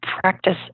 practice